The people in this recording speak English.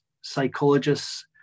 psychologists